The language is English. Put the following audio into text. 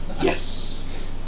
Yes